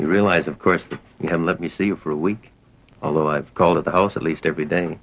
you realize of course you can let me see you for a week although i've called at the house at least every